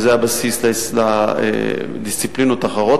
במהירות האפשרית,